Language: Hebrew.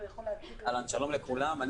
שלום לכולם.